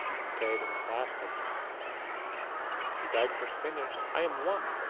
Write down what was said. and pray'd and fasted in its stead he dy'd for sinners i am one!